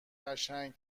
قشنگ